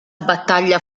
battaglia